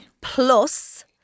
Plus